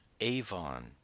Avon